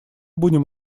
будем